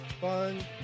fun